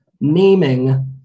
naming